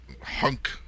hunk